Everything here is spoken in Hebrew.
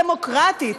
יהודית ודמוקרטית.